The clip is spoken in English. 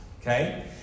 okay